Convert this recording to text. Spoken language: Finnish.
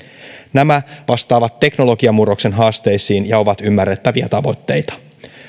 nämä vastaavat teknologiamurroksen haasteisiin ja ovat ymmärrettäviä tavoitteita